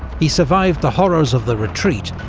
he survived the horrors of the retreat,